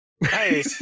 Hey